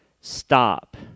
stop